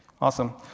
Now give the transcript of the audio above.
Awesome